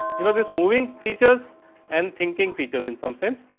you know this moving creatures and thinking futures in some sense.